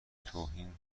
توهین